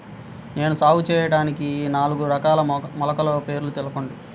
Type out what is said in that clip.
నేను సాగు చేయటానికి నాలుగు రకాల మొలకల పేర్లు చెప్పండి?